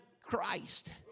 Christ